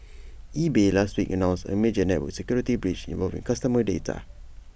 eBay last week announced A major network security breach involving customer data